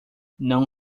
não